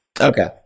Okay